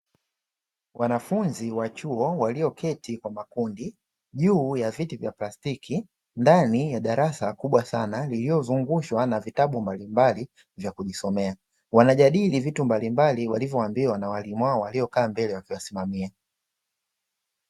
Wanafunzi wa chuo walioketi kwa makundi juu ya viti vya plastiki, ndani ya darasa kubwa sana lililozungushwa na vitabu mbalimbali vya kujisomea, wanajadili vitu mbalimbali walivyoambiwa na walimu wao waliokaa mbele wakiwasimamia.